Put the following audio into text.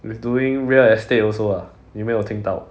is doing real estate also ah 有没有听到